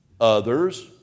others